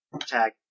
Tag